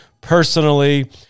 personally